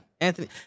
Anthony